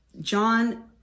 John